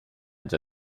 già